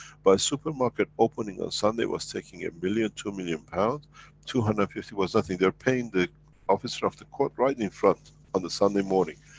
by supermarket opening on sunday was taking a million two million pounds two hundred and fifty was nothing, they are paying the officer of the court right in in front on the sunday morning.